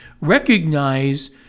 recognize